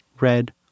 red